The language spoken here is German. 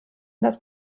das